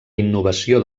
innovació